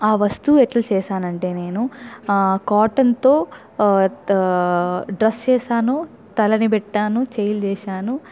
ఆ వస్తువు ఎట్ల చేసాను అంటే నేను కాటన్తో డ్రెస్ చేసాను తలని పెట్టాను చెయ్యి చేశాను